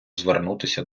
звернутися